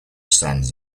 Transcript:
stands